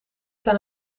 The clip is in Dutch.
zijn